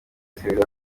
israheli